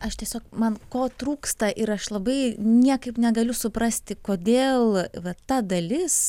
aš tiesiog man ko trūksta ir aš labai niekaip negaliu suprasti kodėl va ta dalis